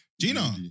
Gina